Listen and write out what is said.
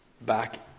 back